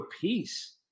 peace